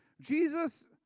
Jesus